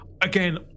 again